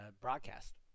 broadcast